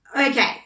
Okay